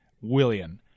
William